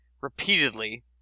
repeatedly